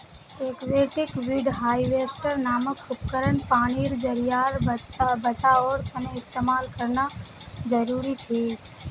aquatic weed harvester नामक उपकरण पानीर ज़रियार बचाओर तने इस्तेमाल करना ज़रूरी छे